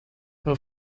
her